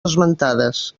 esmentades